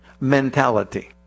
mentality